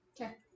Okay